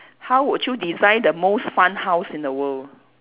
how would you design the most fun house in the world